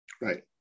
Right